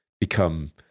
become